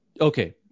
okay